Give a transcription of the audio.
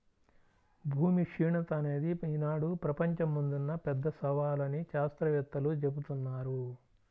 భూమి క్షీణత అనేది ఈనాడు ప్రపంచం ముందున్న పెద్ద సవాలు అని శాత్రవేత్తలు జెబుతున్నారు